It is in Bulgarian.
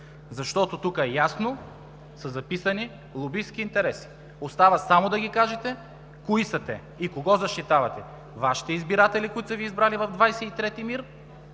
защото тука ясно са записани лобистки интереси. Остава само да ги кажете кои са те и кого защитавате – Вашите избиратели, които са Ви избрали в 23. МИР,